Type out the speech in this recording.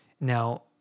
Now